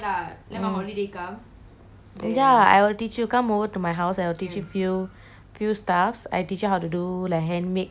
ya I will teach you come over to my house I will teach you few few stuffs I teach you how to do like handmade err stuffs and all